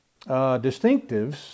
distinctives